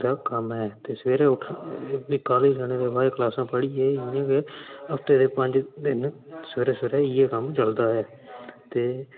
सवेरे दा कम्म ऐ ते सवेरे उट्ठना ते काॅलेज जाने दे बाद क्लासां पढ़ियै इ'यां गै हफ्ते दे पं दिन सवेरे इ'यै कम्म चलदा ऐ ते